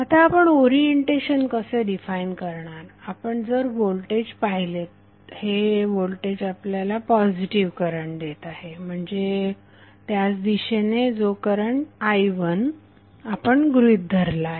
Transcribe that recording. आता आपण ओरिएंटेशन कसे डिफाइन करणार आपण जर व्होल्टेज पाहिलेत हे व्होल्टेज आपल्याला पॉझिटिव्ह करंट देत आहे म्हणजे त्याच दिशेने जो करंट i1आपण गृहीत धरला आहे